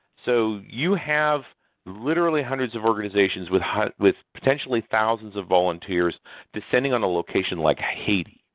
so you have literally hundreds of organizations with with potentially thousands of volunteers descending on a location like haiti,